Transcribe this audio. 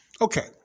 Okay